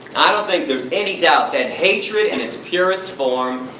i don't think there is any doubt, that hatred, in its purest form,